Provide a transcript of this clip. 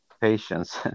patience